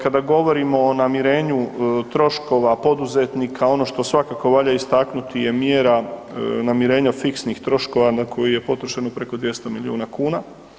Kada govorimo o namirenju troškova poduzetnika, ono što svakako valja istaknuti je mjera namirenja fiksnih troškova na koju je potrošeno preko 200 miliona kuna.